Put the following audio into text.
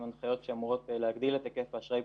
צורת האכיפה,